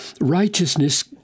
righteousness